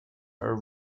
are